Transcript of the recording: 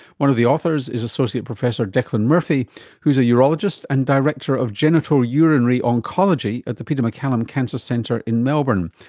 one of the authors is associate professor declan murphy who is a urologist and director of genital urinary oncology at the peter maccallum cancer centre in melbourne.